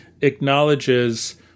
acknowledges